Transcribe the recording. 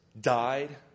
died